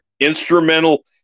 instrumental